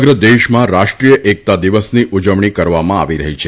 સમગ્ર દેશમાં રાષ્ટ્રિય એકતા દિવસની ઉજવણી કરવામાં આવી રહી છે